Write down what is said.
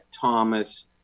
Thomas